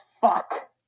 fuck